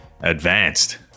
advanced